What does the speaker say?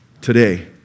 today